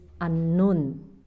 unknown